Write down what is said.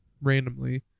randomly